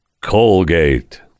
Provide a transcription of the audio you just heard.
Colgate